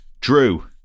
Drew